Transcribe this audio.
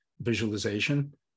visualization